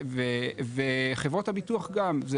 וחברות הביטוח גם,